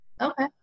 Okay